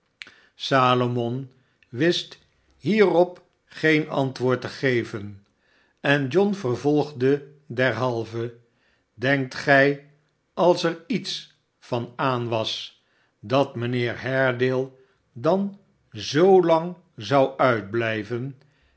salomon wist hierop geen antwoord te geven en john vervolgde derhalve sdenkt gij als er iets van aan was dat mijnheer haredale dan zoolang zou tutblijven